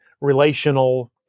relational